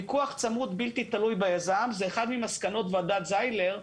פיקוח צמוד בלתי תלוי ביזם זה אחד ממסקנות ועדת זיילר,